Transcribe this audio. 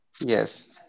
Yes